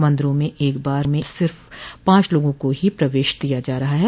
मंदिरों मे एक बार में सिर्फ पांच लोगों को ही प्रवेश दिया जा रहा है